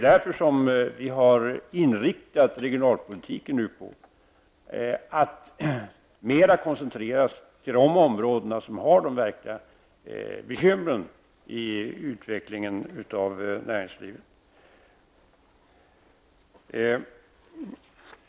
Vi har inriktat regionalpolitiken på att mer koncentrera oss på de områden som har de verkliga bekymren med utvecklingen av näringslivet.